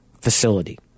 facility